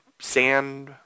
sand